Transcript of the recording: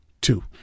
two